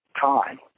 time